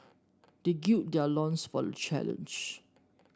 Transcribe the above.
they gird their loins for the challenge